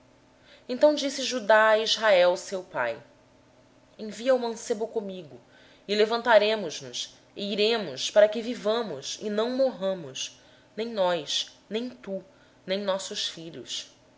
então disse judá a israel seu pai envia o mancebo comigo e levantar nos emos e iremos para que vivamos e não morramos nem nós nem tu nem nossos filhinhos